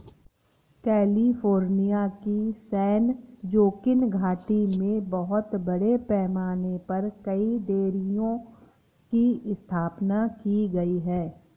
California की San Joaquin घाटी में बहुत बड़े पैमाने पर कई डेयरियों की स्थापना की गई है